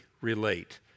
relate